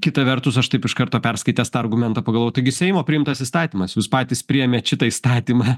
kita vertus aš taip iš karto perskaitęs tą argumentą pagavau taigi seimo priimtas įstatymas jūs patys priėmėt šitą įstatymą